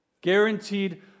guaranteed